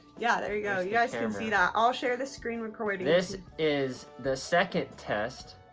yeah, there you go. you guys can see that. i'll share the screen recording this is the second test